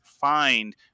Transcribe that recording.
find